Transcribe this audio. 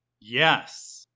Yes